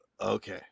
Okay